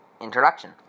Introduction